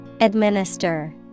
Administer